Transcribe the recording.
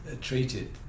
treated